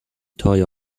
toy